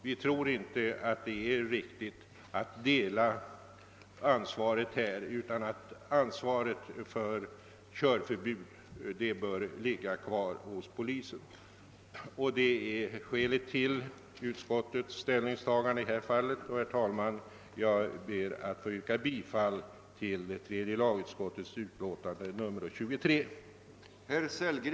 Vi tror inte att det är riktigt att dela ansvaret, utan att ansvaret för körförbud bör ligga kvar hos polisen. Det är skälet till utskottsmajoritetens ställningstagande i detta avseende. Herr talman! Jag ber att få yrka bifall till tredje lagutskottets hemställan i utlåtandet nr 23.